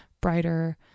brighter